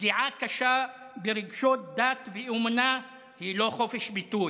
פגיעה קשה ברגשות דת ואמונה היא לא חופש ביטוי,